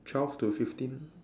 twelve to fifteen